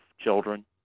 children